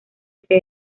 que